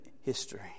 history